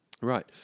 right